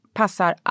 passar